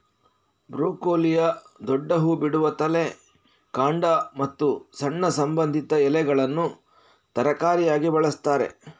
ಬ್ರೊಕೊಲಿಯ ದೊಡ್ಡ ಹೂ ಬಿಡುವ ತಲೆ, ಕಾಂಡ ಮತ್ತು ಸಣ್ಣ ಸಂಬಂಧಿತ ಎಲೆಗಳನ್ನ ತರಕಾರಿಯಾಗಿ ಬಳಸ್ತಾರೆ